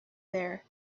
their